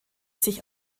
sich